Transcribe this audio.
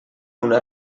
una